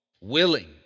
Willing